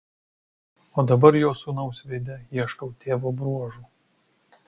o dabar jo sūnaus veide ieškau tėvo bruožų